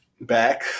Back